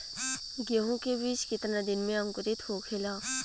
गेहूँ के बिज कितना दिन में अंकुरित होखेला?